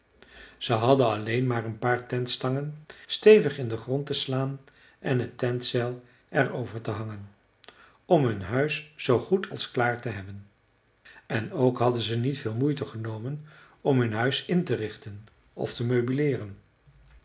ze hadden alleen maar een paar tentstangen stevig in den grond te slaan en het tentzeil er over te hangen om hun huis zoo goed als klaar te hebben en ook hadden ze niet veel moeite genomen om hun huis in te richten of te meubileeren